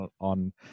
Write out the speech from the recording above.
on